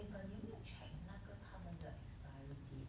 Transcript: eh but 你有没有 check 那个他们的 expiry date